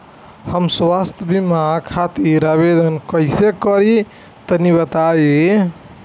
हम स्वास्थ्य बीमा खातिर आवेदन कइसे करि तनि बताई?